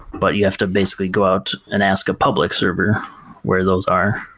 but you have to basically go out and ask a public server where those are.